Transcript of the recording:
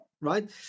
right